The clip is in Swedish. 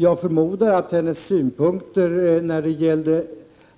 Jag förmodar att Åsa Domeijs uppfattning om